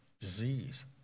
disease